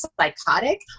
psychotic